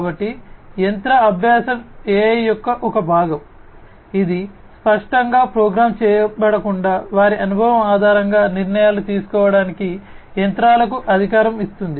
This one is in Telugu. కాబట్టి యంత్ర అభ్యాసం AI యొక్క ఒక భాగం ఇది స్పష్టంగా ప్రోగ్రామ్ చేయబడకుండా వారి అనుభవం ఆధారంగా నిర్ణయాలు తీసుకోవడానికి యంత్రాలకు అధికారం ఇస్తుంది